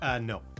No